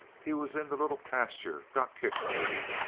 he was in the little pasture. got kicked, maybe.